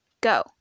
Go